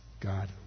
God